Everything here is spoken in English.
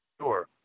sure